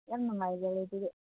ꯌꯥꯝ ꯅꯨꯡꯉꯥꯏꯖꯔꯦ ꯑꯗꯨꯗꯤ